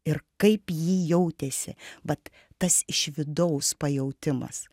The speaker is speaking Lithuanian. ir kaip ji jautėsi vat tas iš vidaus pajautimas